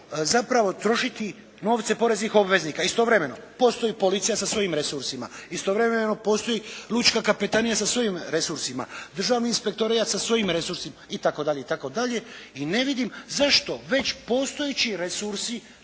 zapravo trošiti novce poreznih obveznika. Istovremeno postoji policija sa svojim resursima, istovremeno postoji lučka kapetanija sa svojim resursima, Državni inspektorijat sa svojim resursima, itd., itd. i ne vidim zašto već postojeći resursi